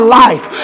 life